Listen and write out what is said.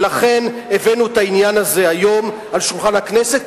ולכן הבאנו את העניין הזה היום לשולחן הכנסת,